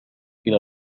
إلى